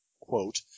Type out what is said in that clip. quote